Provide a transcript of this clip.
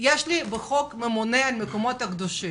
יש בחוק ממונה על מקומות הקדושים.